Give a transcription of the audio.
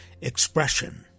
expression